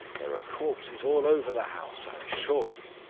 there are corpses all over the house, i assure you.